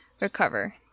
recover